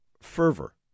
fervor